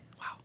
wow